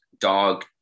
dog